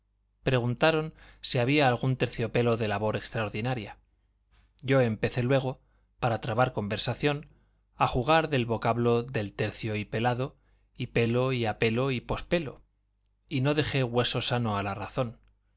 preguntaron si había algún terciopelo de labor extraordinaria yo empecé luego para trabar conversación a jugar del vocablo de tercio y pelado y pelo y apelo y pospelo y no dejé hueso sano a la razón